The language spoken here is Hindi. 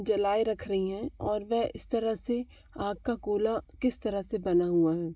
जलाए रख रही हैं और वह इस तरह से आग का गोला किस तरह से बना हुआ है वो